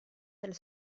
del